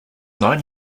nine